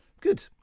Good